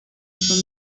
from